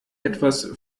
etwas